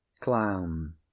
Clown